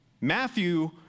Matthew